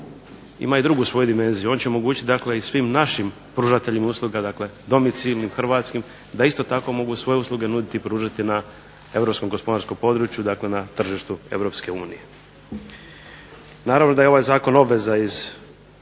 ima i svoju drugu dimenziju, on će omogućiti i svim našim pružateljima uslugama dakle domicilnim, hrvatskim da isto tako mogu svoje usluge nuditi i pružati na europskom gospodarskom području dakle na tržištu EU. Naravno da je ovaj zakon obveza iz